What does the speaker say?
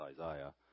Isaiah